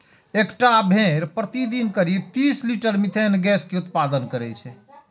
एकटा भेड़ प्रतिदिन करीब तीस लीटर मिथेन गैस के उत्पादन करै छै